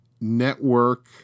network